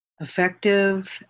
effective